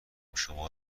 شما